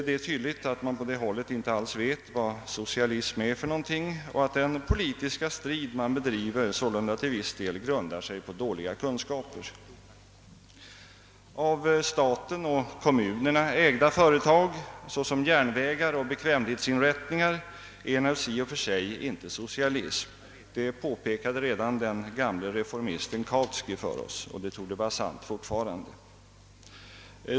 Det är tydligt att man på det hållet inte alls vet vad socialism är, och den politiska strid man bedriver grundar sig sålunda till viss del på dåliga kunskaper. Av staten och kommunerna ägda företag, såsom järnvägar och bekvämlighetsinrättningar, är naturligtvis i och för sig inte socialism. Detta påpekade redan den gamle reformisten Kautsky, och det torde vara sant.